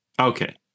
Okay